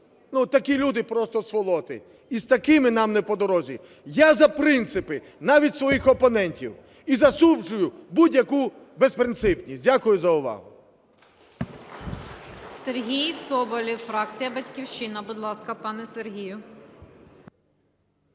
такі люди просто сволота, і з такими нам не по дорозі. Я – за принципи, навіть своїх опонентів, і засуджую будь-яку безпринципність. Дякую за увагу.